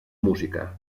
música